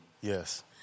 Yes